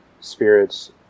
spirits